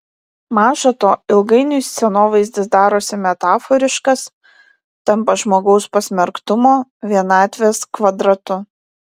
maža to ilgainiui scenovaizdis darosi metaforiškas tampa žmogaus pasmerktumo vienatvės kvadratu